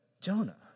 Jonah